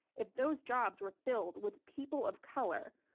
if those jobs were filled with people of color,